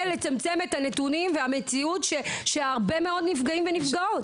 לצמצם את הנתונים ואת המציאות של הרבה מאוד נפגעות ונפגעים.